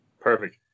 Perfect